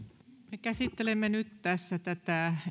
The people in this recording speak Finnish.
me käsittelemme nyt tässä tätä